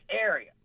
area